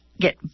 get